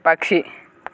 పక్షి